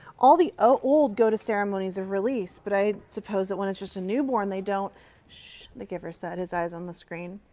all the old go to ceremonies of release. but i suppose that when it's just a newborn, they don't shhh, the giver said, his eyes on the screen.